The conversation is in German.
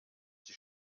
die